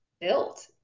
built